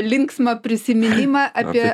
linksmą prisiminimą apie